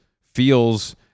feels